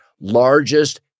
largest